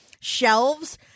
shelves